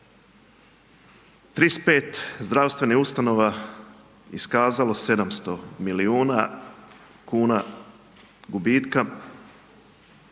35 zdravstvenih ustanova iskazalo 700 milijuna kuna gubitka